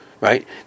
right